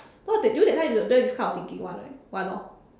!wah! that time you know that time I don't have this kind of thinking [one] right why ah